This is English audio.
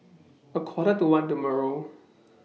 A Quarter to one tomorrow